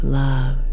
love